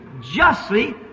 justly